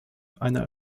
eine